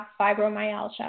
fibromyalgia